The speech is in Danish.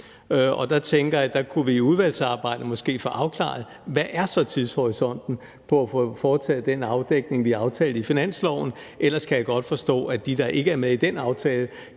Der tænker jeg, at vi i udvalgsarbejdet måske kunne få afklaret, hvad tidshorisonten så er i forhold til at få foretaget den afdækning, vi har aftalt i finansloven, for ellers kan jeg godt forstå, at dem, der ikke er med i den aftale,